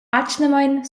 atgnamein